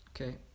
okay